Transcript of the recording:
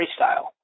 freestyle